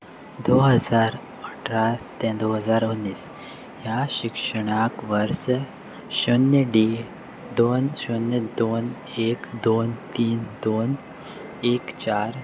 दो हजार अठरा ते दो हजार उन्नीस ह्या शिक्षणाक वर्स शुन्य डे दोन शुन्य दोन एक दोन तीन दोन एक चार